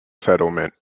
settlement